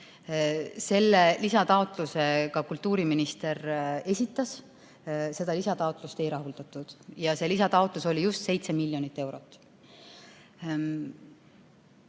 Selle lisataotluse kultuuriminister esitas, seda lisataotlust ei rahuldatud ja see lisataotlus oli just 7 miljonit eurot.